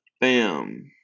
BAM